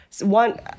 one